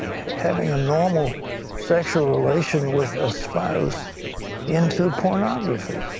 having a normal sexual relation with a spouse into pornography.